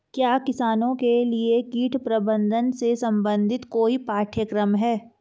क्या किसानों के लिए कीट प्रबंधन से संबंधित कोई पाठ्यक्रम है?